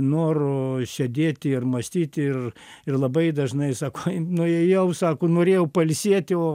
noru sėdėti ir mąstyti ir ir labai dažnai sako ai nuėjau sako norėjau pailsėti o